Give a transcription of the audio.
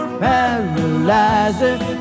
paralyzing